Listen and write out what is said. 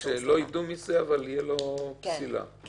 תהיה לו פסילה אבל לא ידעו מזה.